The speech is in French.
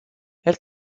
elle